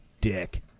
Dick